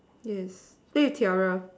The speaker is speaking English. yes this is tiara